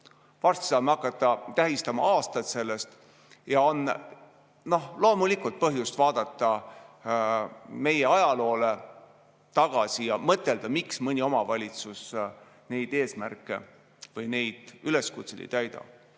Varsti saame hakata tähistama aastat selle algusest ja on loomulikult põhjust vaadata meie ajaloole tagasi ja mõtelda, miks mõni omavalitsus neid eesmärke või neid üleskutseid ei täida.